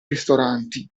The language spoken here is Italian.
ristoranti